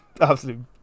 absolute